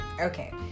Okay